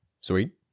Sweet